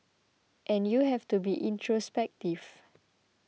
and you have to be introspective